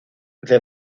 the